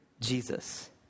Jesus